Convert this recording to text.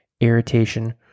irritation